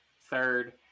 third